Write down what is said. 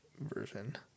version